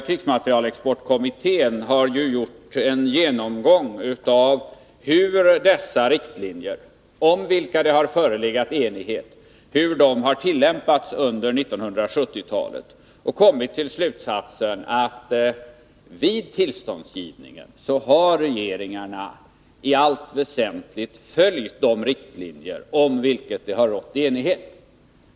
Krigsmaterielexportkommittén har gjort en genomgång av hur dessa riktlinjer, om vilka det har förelegat enighet, har tillämpats under 1970-talet och kommit till slutsatsen att regeringarna vid tillståndsgivningen i allt väsentligt har följt de riktlinjer om vilka det har rått enighet.